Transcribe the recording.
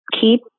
keep